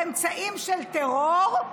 באמצעים של טרור,